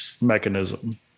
mechanism